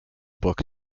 book